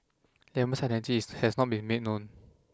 Lemon's identity has not been made known